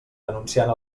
anunciant